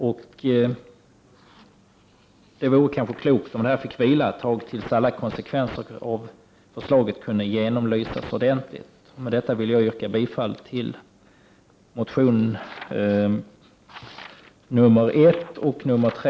Därför vore det kanske klokt om det hela fick vila ett tag tills alla konsekvenser av förslaget hunnit genomlysas ordentligt. Med detta vill jag yrka bifall till reservationerna 1 och 3.